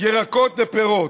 ירקות והפירות,